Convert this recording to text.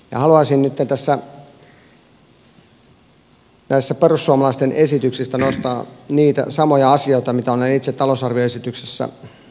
haluaisin nytten tässä näistä perussuomalaisten esityksistä nostaa niitä samoja asioita mitä olen itse talousarvioesityksessä tuonut esille